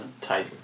type